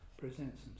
presents